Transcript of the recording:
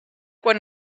quan